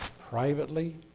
privately